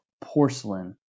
porcelain